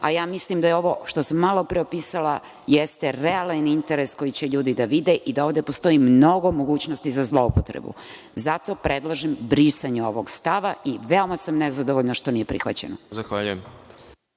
a mislim da je ovo što sam malo pre opisala, realan interes koji će ljudi da vide i da ovde postoji mnogo mogućnosti za zloupotrebu. Zato predlažem brisanje ovog stava i veoma sam nezadovoljna što nije prihvaćeno. **Đorđe